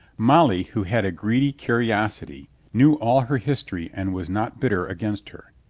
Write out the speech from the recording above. molly, who had a greedy curiosity, knew all her history and was not bitter against her.